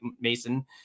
Mason